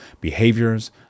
behaviors